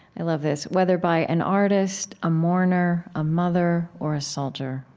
i love this whether by an artist, a mourner, a mother, or a soldier.